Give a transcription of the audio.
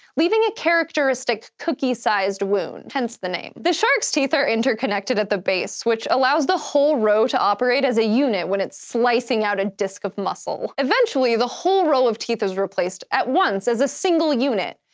leaving a characteristic cookie-sized wound, hence the name. the shark's teeth are interconnected at the base, which allows the whole row to operate as a unit when it's slicing out a disk of muscle. eventually, the whole row of teeth is replaced at once as a single unit,